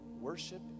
worship